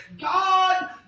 God